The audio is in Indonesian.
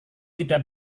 tidak